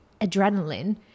adrenaline